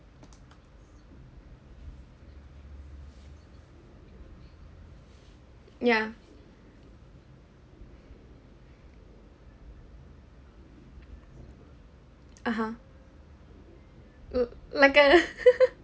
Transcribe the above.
mm ya (uh huh) l~ like a